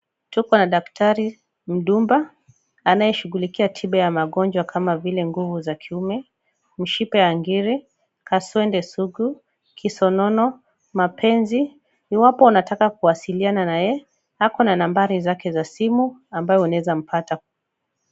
Tuko na daktari MDUBA anayeshughulikia tiba ya magonjwa kama vile nguvu za kiume, mishipa ya ngiri, kaswende sugu, kisonono na penzi. I wapo unataka kuwasiliana naye ako na nambari zake za simu ambayo unaweza mpata.